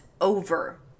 over